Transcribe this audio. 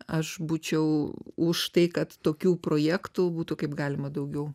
aš būčiau už tai kad tokių projektų būtų kaip galima daugiau